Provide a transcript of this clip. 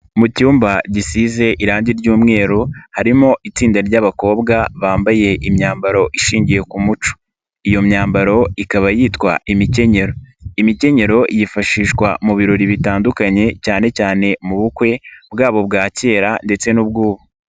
Mu cyumba gisize irangi ry'umweru harimo itsinda ry'abakobwa bambaye imyambaro ishingiye ku muco, iyo myambaro ikaba yitwa imikenyero, imikenyero yifashishwa mu birori bitandukanye cyane cyane mu bukwe, bwaba ubwa kera ndetse n'ubw'ubu.